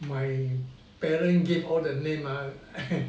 my parents gave all the name ah